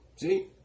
See